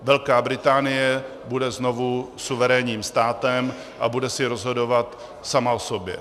Velká Británie bude znovu suverénním státem a bude si rozhodovat sama o sobě.